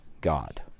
God